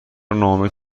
ناامید